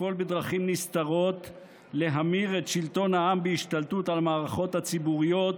לפעול בדרכים נסתרות להמיר את שלטון העם בהשתלטות על המערכות הציבוריות